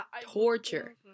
Torture